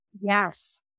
yes